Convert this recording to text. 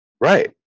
right